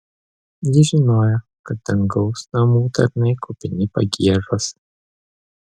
ji žinojo kad dangaus namų tarnai kupini pagiežos